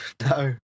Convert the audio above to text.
no